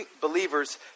believers